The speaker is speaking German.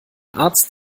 arzt